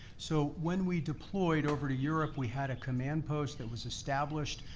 so when we deployed over to europe, we had a command post that was established.